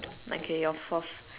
okay your fourth